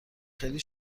خیلی